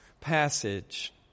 passage